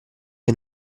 che